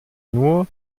nur